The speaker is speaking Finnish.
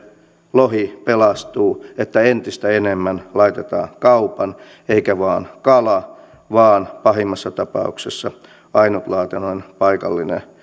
lohi pelastuu että entistä enemmän laitetaan kaupan eikä vain kala vaan pahimmassa tapauksessa ainutlaatuinen paikallinen